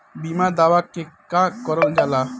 बीमा दावा केगा करल जाला?